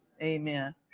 Amen